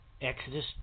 Exodus